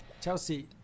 Chelsea